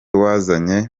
wazanye